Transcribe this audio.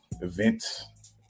events